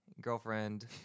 girlfriend